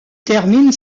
termine